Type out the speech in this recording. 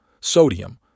sodium